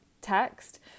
text